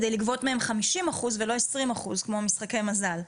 כדי לגבות מהם 50% ולא 20% כמו במשחקי מזל.